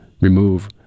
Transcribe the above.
remove